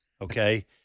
okay